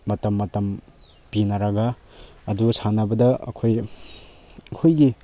ꯃꯇꯝ ꯃꯇꯝ ꯄꯤꯅꯔꯒ ꯑꯗꯨ ꯁꯥꯟꯅꯕꯗ ꯑꯩꯈꯣꯏ ꯑꯩꯈꯣꯏꯒꯤ